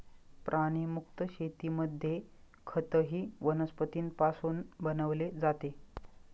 प्राणीमुक्त शेतीमध्ये खतही वनस्पतींपासून बनवले जाते